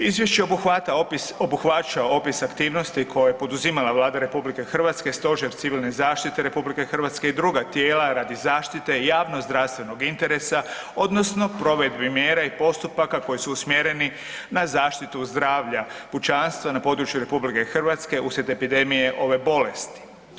Izvješće obuhvaća opis aktivnosti koje je je poduzimala Vlada RH, Stožer civilne zaštite RH i druga tijela radi zaštite javno-zdravstvenog interesa odnosno provedbi mjera i postupaka koje su usmjereni na zaštitu zdravstva pučanstva na području RH uslijed epidemije ove bolesti.